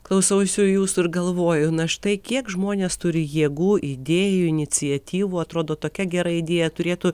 klausausi jūsų ir galvoju na štai kiek žmonės turi jėgų idėjų iniciatyvų atrodo tokia gera idėja turėtų